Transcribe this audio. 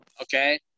Okay